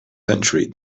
century